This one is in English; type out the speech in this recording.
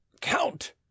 Count